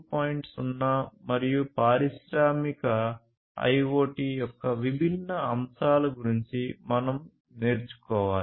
0 మరియు పారిశ్రామిక IoT యొక్క విభిన్న అంశాల గురించి మనం నేర్చుకోవాలి